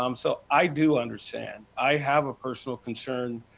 um so i do understand. i have a personal concern,